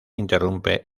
interrumpe